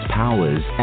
powers